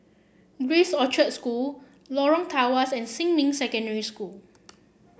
Grace Orchard School Lorong Tawas and Xinmin Secondary School